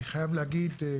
אני חייב להגיד,